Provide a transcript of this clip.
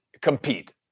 compete